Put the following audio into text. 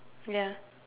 ya